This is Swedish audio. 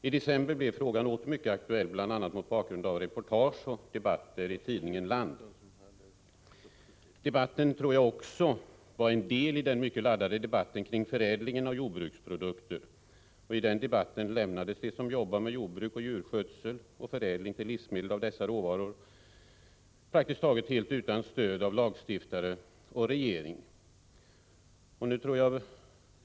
I december blev frågan åter mycket aktuell, bl.a. mot bakgrund av reportage och debatter i tidningen Land. Debatten var också en del i den mycket laddade debatten kring förädlingen av jordbruksprodukter. I den debatten lämnades de som jobbar med jordbruk och djurskötsel och förädling till livsmedel av dessa råvaror praktiskt taget helt utan stöd av lagstiftare och regering.